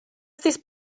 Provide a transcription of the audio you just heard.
this